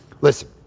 listen